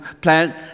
plant